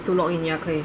to login ya 可以